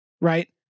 right